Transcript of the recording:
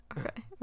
okay